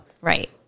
Right